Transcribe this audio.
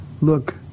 look